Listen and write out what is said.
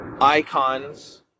icons